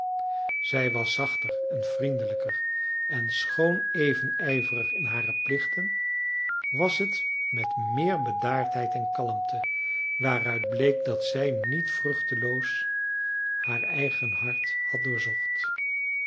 zij was zachter en vriendelijker en schoon even ijverig in hare plichten was het met meer bedaardheid en kalmte waaruit bleek dat zij niet vruchteloos haar eigen hart had doorzocht